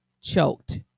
choked